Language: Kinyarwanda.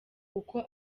uko